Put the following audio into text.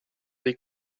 dei